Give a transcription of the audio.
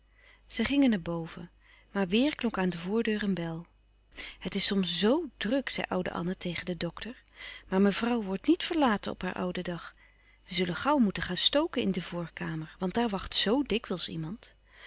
zij gingen naar boven maar weêr klonk aan de voordeur een bel het is soms zo druk zei oude anna tegen den dokter maar mevrouw wordt niet verlaten op haar ouden dag we zullen gauw moeten gaan stoken in de voorkamer want daar wacht zoo dikwijls iemand